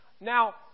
Now